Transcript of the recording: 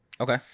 okay